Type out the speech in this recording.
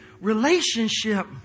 relationship